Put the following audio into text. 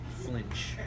flinch